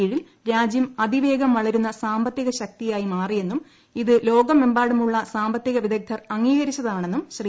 കീഴിൽ രാജ്യം അതിവേഗം വളരുന്ന സാമ്പത്തിക ശക്തിയായി മാറിയെന്നും ഇത് ലോകമെമ്പാടുമുള്ള അസാമ്പത്തിക വിദഗ്ദ്ധർ അംഗീകരിച്ചതാണെന്നും ശ്രീ